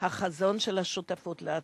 של השותפות בעתיד.